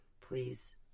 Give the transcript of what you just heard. Please